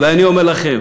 ואני אומר לכם: